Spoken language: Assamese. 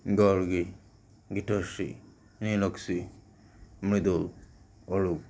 গাৰ্গী গীতাশ্ৰী নিলাক্ষী মৃদুল অৰূপ